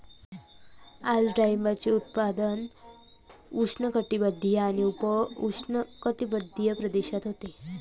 आज डाळिंबाचे उत्पादन सर्व उष्णकटिबंधीय आणि उपउष्णकटिबंधीय प्रदेशात होते